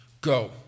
Go